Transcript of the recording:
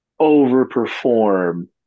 overperform